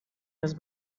was